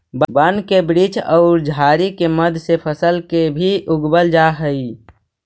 वन के वृक्ष औउर झाड़ि के मध्य से फसल के भी उगवल जा हई